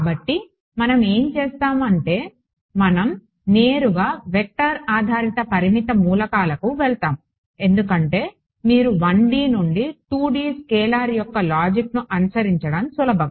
కాబట్టి మనం ఏమి చేస్తాము అంటే మనం నేరుగా వెక్టర్ ఆధారిత పరిమిత మూలకాలకు వెళ్తాము ఎందుకంటే మీరు 1D నుండి 2D స్కేలార్ యొక్క లాజిక్ను అనుసరించడం సులభం